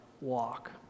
walk